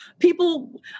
People